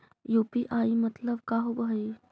UPI मतलब का होब हइ?